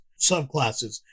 subclasses